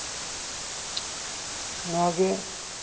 ᱱᱚᱣᱟ ᱜᱮ